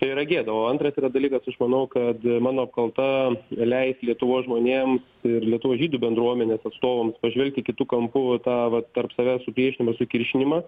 tai yra gėda o antras dalykas aš manau kad mano apkalta leis lietuvos žmonėm ir lietuvos žydų bendruomenės atstovams pažvelgti kitu kampu vat tą va tarp savęs supriešinimą sukiršinimą